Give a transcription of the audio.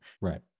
Right